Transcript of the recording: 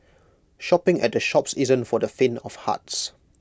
shopping at the Shoppes isn't for the faint of hearts